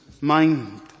mind